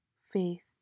faith